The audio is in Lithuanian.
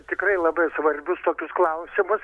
tikrai labai svarbius tokius klausimus